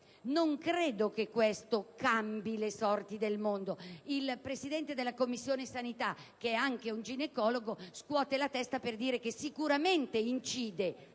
non credo che questo cambi le sorti del mondo. Il Presidente della Commissione sanità, che è anche un ginecologo, scuote ora la testa per dire che sicuramente incide